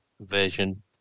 version